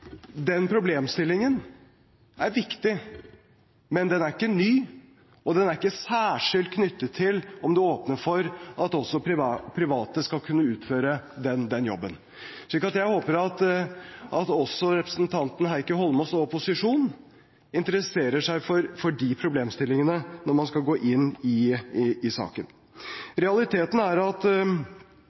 den problemstillingen er viktig, men den er ikke ny, og den er ikke særskilt knyttet til om man åpner for at også private skal kunne utføre den jobben. Jeg håper at også representanten Heikki Eidsvoll Holmås og opposisjonen interesserer seg for de problemstillingene når man skal gå inn i saken. Realiteten er at